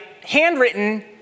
handwritten